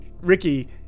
Ricky